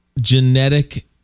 genetic